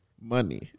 money